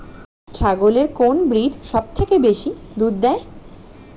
ছাগলের কোন ব্রিড সবথেকে বেশি দুধ দেয়?